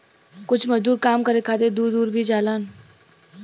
कुछ मजदूर काम करे खातिर दूर दूर भी जालन